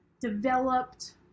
developed